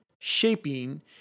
shaping